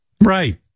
Right